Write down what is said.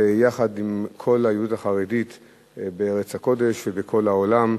ויחד עם כל היהדות החרדית בארץ הקודש ובכל העולם,